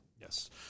Yes